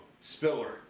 Spiller